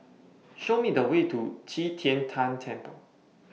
Show Me The Way to Qi Tian Tan Temple